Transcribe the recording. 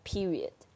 Period